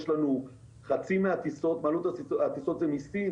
חצי מעלות הטיסות זה מיסים,